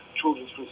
children's